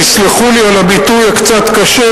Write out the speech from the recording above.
תסלחו לי על הביטוי הקצת-קשה,